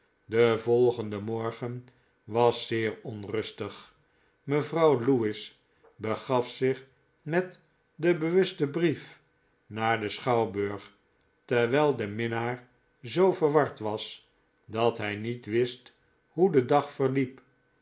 de volgende morgen was zeer onrustig mevrouw lewis begaf zich met denbewusten brief naar den schouwburg terwijl de minnaar zoo verward was dat hij niet wist hoe de dag verliep